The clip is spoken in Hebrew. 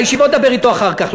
על הישיבות דבר אתו אחר כך,